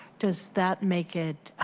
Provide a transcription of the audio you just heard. does that make it